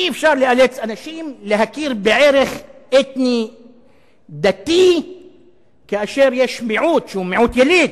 אי-אפשר לאלץ אנשים להכיר בערך אתני-דתי כאשר יש מיעוט שהוא מיעוט יליד,